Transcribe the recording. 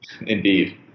Indeed